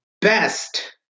best